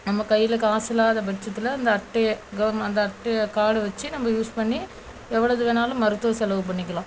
நம்ம கையில் காசு இல்லாத பட்சத்தில் அந்த அட்டையை கவர்மெண் அந்த அட்டையை கார்டை வச்சு நம்ம யூஸ் பண்ணி எவ்வளவு வேணாலும் மருத்துவ செலவு பண்ணிக்கலாம்